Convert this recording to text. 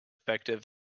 effective